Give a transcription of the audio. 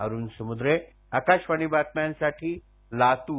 अरूण समुद्रे आकाशवाणी बातम्यांसाठी लातूर